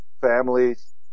families